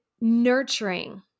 nurturing